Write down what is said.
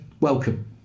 Welcome